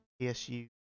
PSU